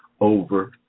over